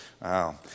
Wow